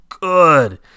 good